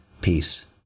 peace